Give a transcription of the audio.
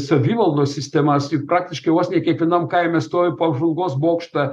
savivaldos sistemas į praktiškai vos ne kiekvienam kaime stovi po apžvalgos bokštą